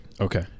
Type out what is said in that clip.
okay